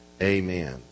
amen